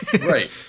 Right